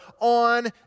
on